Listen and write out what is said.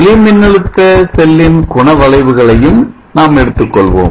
ஒளிமின்னழுத்த செல்லின் குண வளைவுகளையும் நாம் எடுத்துக்கொள்வோம்